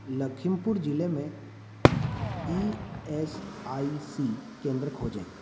लखीमपुर ज़िले में E S I C केंद्र खोजें